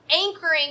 anchoring